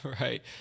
Right